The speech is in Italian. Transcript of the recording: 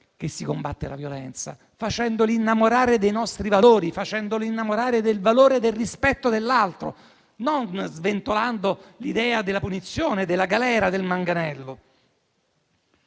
che si combatte la violenza: facendoli innamorare dei nostri valori, del valore del rispetto dell'altro, non sventolando l'idea della punizione, della galera, del manganello.